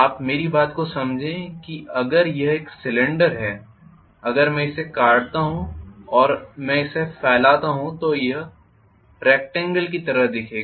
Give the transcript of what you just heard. आप मेरी बात को समझें अगर यह एक सिलेंडर है अगर मैं इसे काटता हूं और इसे फैलाता हूं तो यह रेक्टॅंगल की तरह दिखेगा